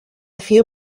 few